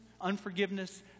unforgiveness